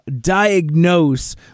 diagnose